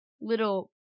little